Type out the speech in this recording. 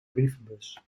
brievenbus